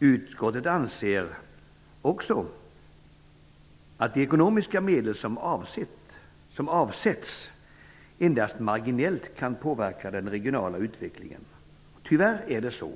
Utskottet anser också att de ekonomiska medel som avsätts endast marginellt kan påverka den regionala utvecklingen. Tyvärr är det så.